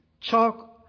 chalk